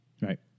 Right